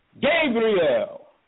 Gabriel